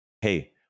Hey